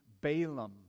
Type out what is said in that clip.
Balaam